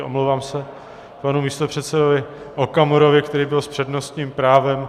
Omlouvám se panu místopředsedovi Okamurovi, který byl s přednostním právem.